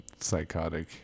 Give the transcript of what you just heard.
psychotic